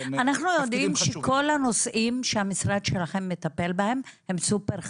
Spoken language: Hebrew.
אנחנו יודעים שכל הנושאים שהמשרד שלכם מטפל בהם הם סופר חשובים,